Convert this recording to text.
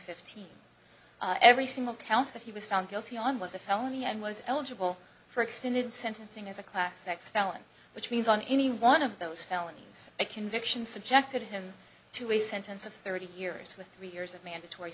fifteen every single count that he was found guilty on was a felony and was eligible for extended sentencing as a class sex felony which means on any one of those felonies a conviction subjected him to a sentence of thirty years with three years of mandatory